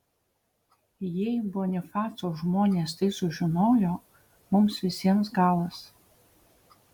jei bonifaco žmonės tai sužinojo mums visiems galas